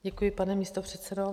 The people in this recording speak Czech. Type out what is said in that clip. Děkuji, pane místopředsedo.